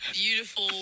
beautiful